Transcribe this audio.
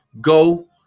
go